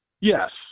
yes